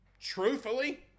truthfully